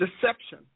deception